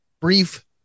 brief